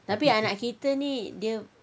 tapi anak kita ni dia